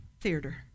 theater